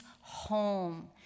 home